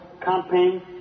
campaign